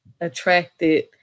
attracted